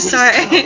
Sorry